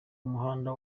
umuhanda